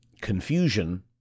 confusion